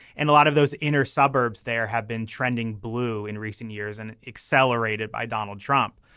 and a lot of those inner suburbs there have been trending blue in recent years and accelerated by donald trump.